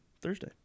Thursday